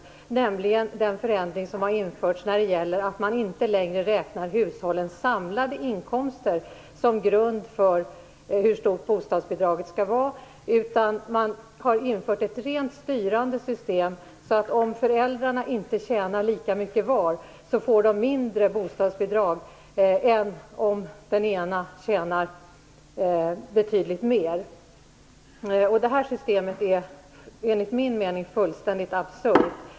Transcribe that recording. Det gäller den förändring som har införts när det gäller att man inte längre räknar hushållens samlade inkomster som underlag för hur stort bostadsbidraget skall vara utan har ett rent styrande system. Föräldrar som inte tjänar så mycket vardera får lägre bostadsbidrag än de föräldrar som tjänar betydligt mer på bara en inkomst. Det här systemet är, enligt min mening, fullständigt absurt.